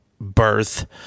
birth